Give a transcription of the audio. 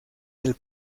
del